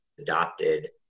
adopted